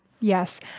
Yes